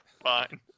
fine